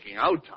out